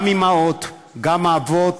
גם אימהות, גם אבות,